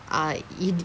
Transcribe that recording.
ah it d~